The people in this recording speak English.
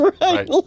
right